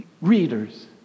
readers